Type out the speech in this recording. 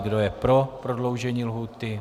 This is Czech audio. Kdo je pro prodloužení lhůty?